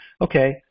Okay